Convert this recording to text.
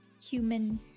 human